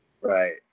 Right